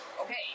Okay